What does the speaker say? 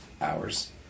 hours